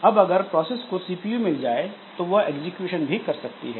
अब अगर प्रोसेस को सीपीयू मिल जाए तो वह एग्जीक्यूशन भी कर सकती है